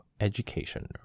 education